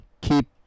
Keep